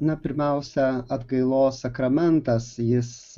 na pirmiausia atgailos sakramentas jis